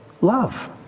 love